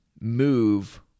move